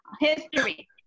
history